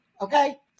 okay